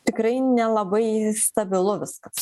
tikrai nelabai stabilu viskas